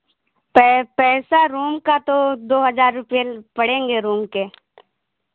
पै पैसा रूम का तो दो हज़ार रुपए पड़ेंगे रूम के